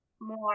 more